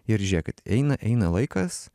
ir žiūrėkit eina eina laikas